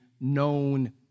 known